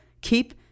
keep